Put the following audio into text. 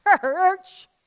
church